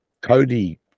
Cody